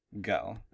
Go